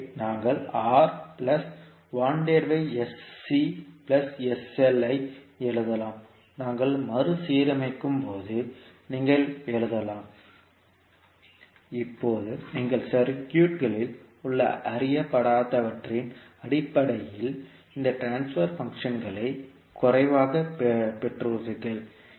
எனவே நாங்கள் ஐ எழுதலாம் நாங்கள் மறுசீரமைக்கும்போது நீங்கள் எழுதலாம் இப்போது நீங்கள் சர்க்யூட்களில் உள்ள அறியப்படாதவற்றின் அடிப்படையில் இந்த டிரான்ஸ்பர் ஃபங்ஷன்களை குறைவாகப் பெற்றுள்ளீர்கள்